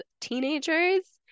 teenagers